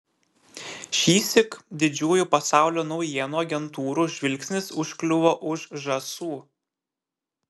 šįsyk didžiųjų pasaulio naujienų agentūrų žvilgsnis užkliuvo už žąsų